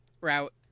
route